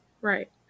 Right